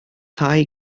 ddau